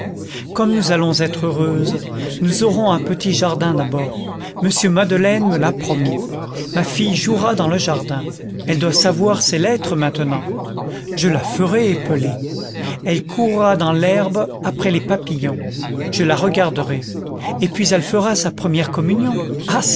comme nous allons être heureuses nous aurons un petit jardin d'abord m madeleine me l'a promis ma fille jouera dans le jardin elle doit savoir ses lettres maintenant je la ferai épeler elle courra dans l'herbe après les papillons je la regarderai et puis elle fera sa première communion